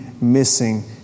missing